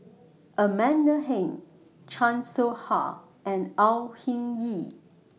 Amanda Heng Chan Soh Ha and Au Hing Yee